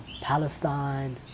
Palestine